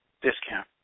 discount